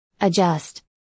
Adjust